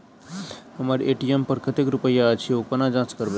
हम्मर ए.टी.एम पर कतेक रुपया अछि, ओ कोना जाँच करबै?